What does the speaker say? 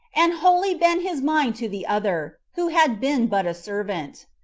and wholly bent his mind to the other, who had been but a servant.